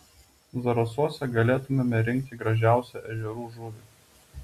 zarasuose galėtumėme rinkti gražiausią ežerų žuvį